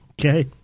okay